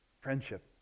Friendship